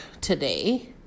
today